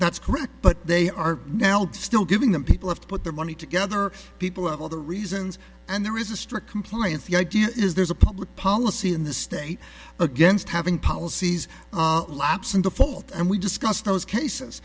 that's correct but they are now still giving them people have to put their money together people have all the reasons and there is a strict compliance the idea is there's a public policy in the state against having policies lobsang default and we discuss those cases